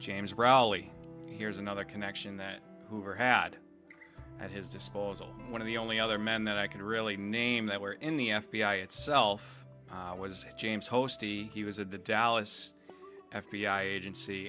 james riley here's another connection that hoover had at his disposal one of the only other men that i can really name that were in the f b i itself was james host he was at the dallas f b i agency